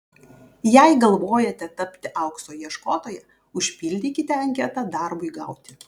jei galvojate tapti aukso ieškotoja užpildykite anketą darbui gauti